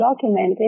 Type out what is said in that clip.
documented